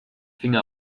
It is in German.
finger